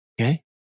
Okay